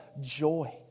joy